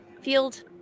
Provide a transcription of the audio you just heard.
field